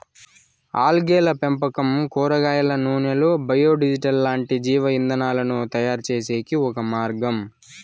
ఆల్గేల పెంపకం కూరగాయల నూనెలు, బయో డీజిల్ లాంటి జీవ ఇంధనాలను తయారుచేసేకి ఒక మార్గం